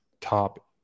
top